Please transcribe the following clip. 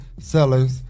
sellers